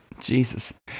Jesus